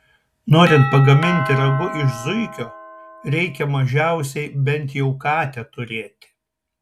norint pagaminti ragu iš zuikio reikia mažiausiai bent jau katę turėti